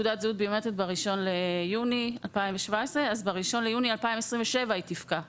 ביוני 2017 ולכן ב-1 ביוני 2027 יפקע תוקפה.